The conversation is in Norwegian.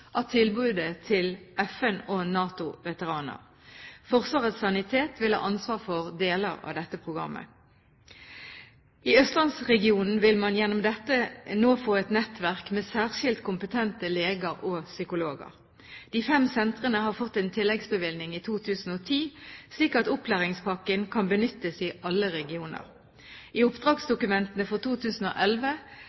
av tilbudet til FN- og NATO-veteraner. Forsvarets sanitet vil ha ansvaret for deler av dette programmet. I østlandsregionen vil man gjennom dette nå få et nettverk med særskilt kompetente leger og psykologer. De fem sentrene har fått en tilleggsbevilgning i 2010 slik at opplæringspakken kan benyttes i alle regioner. I